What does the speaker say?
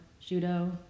judo